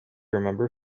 remember